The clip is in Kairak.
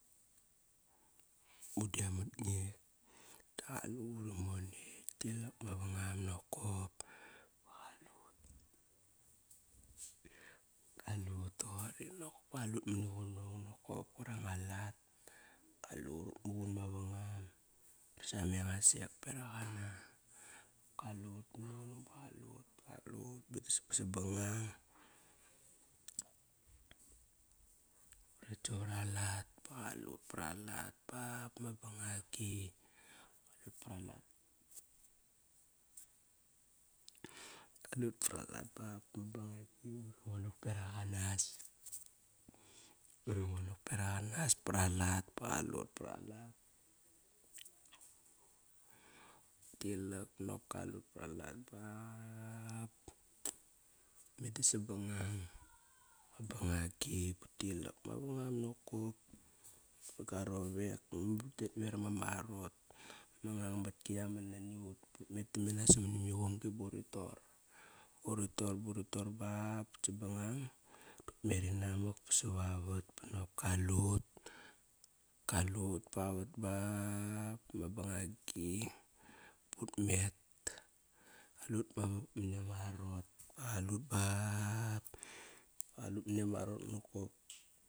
Mudem mat nge. Da qalut uri monet, tilak mavangam nokop. Ba qalut. KAlut toqori nokop kalut mani qunung nokop. Kuir anga lat. Kalut ut muqun mavangam. Sameng asek beraq ana. Kalut ut muqun ba qalut ba qalut ba sabangang Uret savar alat ba qalut paralat ba ba ma bangagi. Kaliut par alat ba bama bangagi. Uri monak berak anas par alat ba qalut par alat Ut lilak nop kalut par alat bap, meda sabangang. Bangagi but tilak mavangam nokop Gua rowek meda utet naveram ama arot. Ma ngang matki yaman naniut dut met tam mena samani ma qumgi buri tor, buri tor, buri tor ba bat sabangang dut merin amak ba sa vavat Banokop kalut pavat ba bama bangagi but met. Qalut mani ama arot ba qalut ba ba qalut mani ama arot nokop.